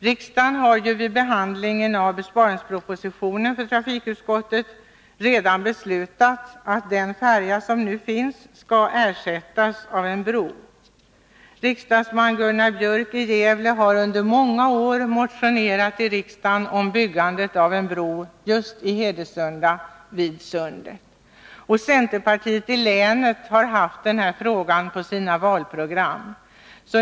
Riksdagen har ju vid behandlingen av besparingspropositionen i trafikutskottet redan beslutat att den färja som nu finns skall ersättas av en bro. Riksdagsman Gunnar Björk i Gävle har under många år motionerat i riksdagen om byggandet av en bro just i Hedesunda vid Sundet. Centerpartiet i länet har haft denna fråga i sina valprogram.